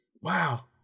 Wow